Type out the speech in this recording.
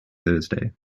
thursday